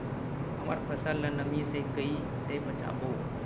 हमर फसल ल नमी से क ई से बचाबो?